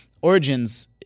Origins